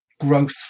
growth